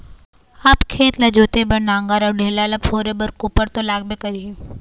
अब खेत ल जोते बर नांगर अउ ढेला ल फोरे बर कोपर तो लागबे करही